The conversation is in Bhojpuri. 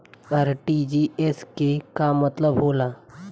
आर.टी.जी.एस के का मतलब होला?